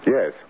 Yes